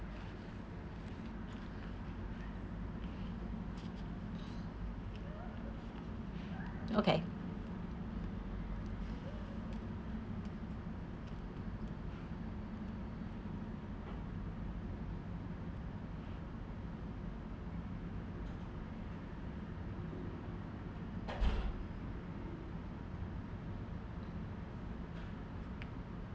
okay